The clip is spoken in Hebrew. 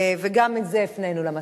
וגם את זה הפנינו למזכירות.